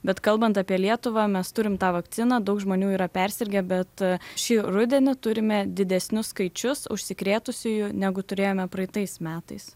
bet kalbant apie lietuvą mes turim tą vakciną daug žmonių yra persirgę bet šį rudenį turime didesnius skaičius užsikrėtusiųjų negu turėjome praeitais metais